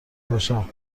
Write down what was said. باشم